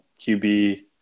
qb